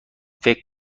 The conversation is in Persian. فکر